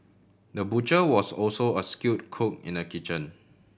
the butcher was also a skilled cook in the kitchen